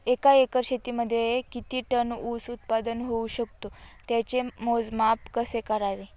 एका एकर शेतीमध्ये किती टन ऊस उत्पादन होऊ शकतो? त्याचे मोजमाप कसे करावे?